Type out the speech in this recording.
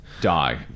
die